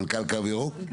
משנה למנכ"ל "קו ירוק".